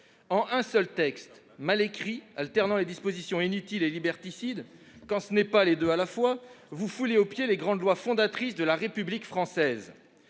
d'un seul texte, mal écrit, alternant dispositions inutiles et dispositions liberticides, quand ce n'est pas l'un et l'autre, vous foulez aux pieds les grandes lois fondatrices de la République française.